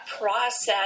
process